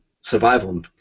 survival